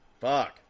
Fuck